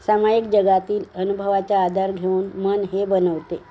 सामायिक जगातील अनुभवाच्या आधार घेऊन मन हे बनवते